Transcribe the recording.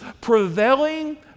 prevailing